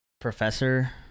professor